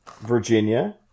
Virginia